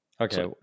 Okay